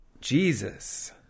Jesus